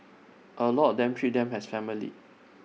A lot of them treat them as family